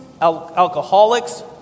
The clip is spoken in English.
alcoholics